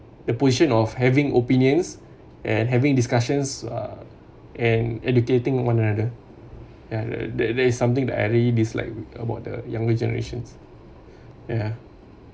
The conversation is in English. the portion of having opinions and having discussions and educating one another ya that that is something that I really dislike about the younger generations ya